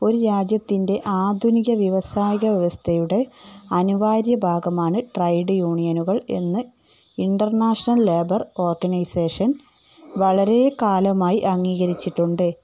ഒരു രാജ്യത്തിൻ്റെ ആധുനിക വ്യവസായിക വ്യവസ്ഥയുടെ അനിവാര്യ ഭാഗമാണ് ട്രേഡ് യൂണിയനുകൾ എന്ന് ഇൻ്റർനാഷണൽ ലേബർ ഓർഗനൈസേഷൻ വളരെ കാലമായി അംഗീകരിച്ചിട്ടുണ്ട്